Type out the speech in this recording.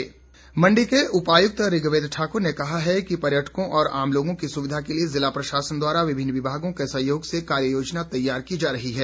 ऋग्वेद मंडी के उपायुक्त ऋग्वेद ठाकुर ने कहा है कि पर्यटकों और आम लोगों की सुविधा के लिए ज़िला प्रशासन द्वारा विभिन्न विभागों के सहयोग से कार्य योजना तैयार की जा रही है